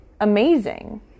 amazing